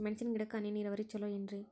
ಮೆಣಸಿನ ಗಿಡಕ್ಕ ಹನಿ ನೇರಾವರಿ ಛಲೋ ಏನ್ರಿ?